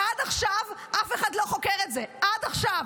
עד עכשיו אף אחד לא חוקר את זה, עד עכשיו.